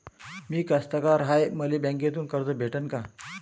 मी कास्तकार हाय, मले बँकेतून कर्ज भेटन का?